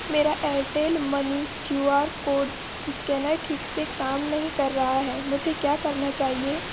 मेरा Airtel money QR code scanner ठीक से काम नहीं कर रहा है मुझे क्या करना चाहिए